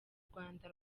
rwanda